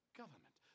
government